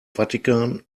vatican